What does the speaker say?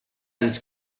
anys